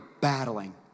battling